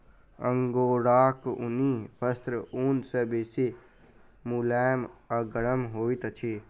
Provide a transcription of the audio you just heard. अंगोराक ऊनी वस्त्र ऊन सॅ बेसी मुलैम आ गरम होइत अछि